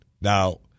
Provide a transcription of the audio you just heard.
Now